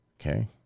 Okay